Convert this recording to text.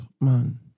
Man